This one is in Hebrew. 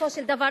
בסופו של דבר,